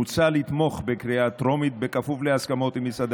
מוצע לתמוך בהצעה בקריאה הטרומית בכפוף להסכמות עם משרדי